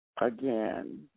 again